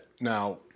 Now